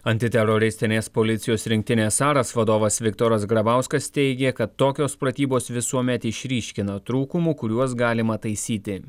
antiteroristinės policijos rinktinės aras vadovas viktoras grabauskas teigė kad tokios pratybos visuomet išryškina trūkumų kuriuos galima taisyti